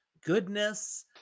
goodness